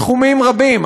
בתחומים רבים,